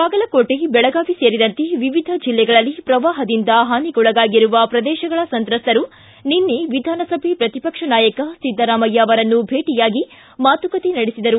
ಬಾಗಲಕೋಟೆ ಬೆಳಗಾವಿ ಸೇರಿದಂತೆ ವಿವಿಧ ಜಿಲ್ಲೆಗಳಲ್ಲಿ ಪ್ರವಾಹದಿಂದ ಹಾನಿಗೊಳಗಾಗಿರುವ ಪ್ರದೇಶಗಳ ಸಂತ್ರಸ್ತರು ನಿನ್ನೆ ವಿಧಾನಸಭೆ ಪ್ರತಿಪಕ್ಷ ನಾಯಕ ಸಿದ್ದರಾಮಯ್ಯ ಅವರನ್ನು ಭೇಟಿಯಾಗಿ ಮಾತುಕತೆ ನಡೆಸಿದರು